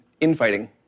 infighting